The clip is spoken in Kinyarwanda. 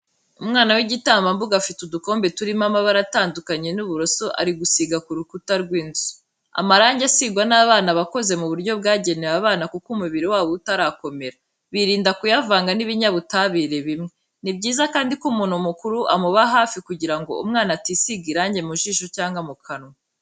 Umwana w'igitambambuga afite udukombe turimo amabara atandukanye n'uburoso ari gusiga ku rukuta rw'inzu. Amarangi asigwa n'abana aba akoze mu buryo bwagenewe abana kuko umubiri wabo uba utarakomera, birinda kuyavanga n'ibinyabutabire bimwe. Ni byiza kandi ko umuntu mukuru amuba hafi kugira ngo umwana atisiga irangi mu jisho cyangwa mu kanwa.